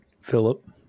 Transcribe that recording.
Philip